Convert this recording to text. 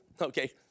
okay